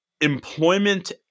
employment